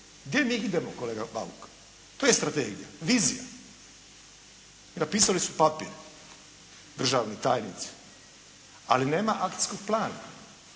Gdje mi idemo kolega Bauk. To je strategija, vizija. Jer napisali su papir državni tajnici, ali nema akcijskog plana